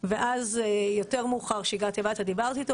ואז יותר מאוחר כשהגעתי הביתה דיברתי איתו.